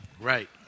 Right